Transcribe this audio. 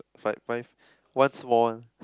five five one small